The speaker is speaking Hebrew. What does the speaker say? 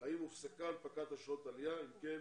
האם הופסקה הנפקת אשרות עלייה, אם כן,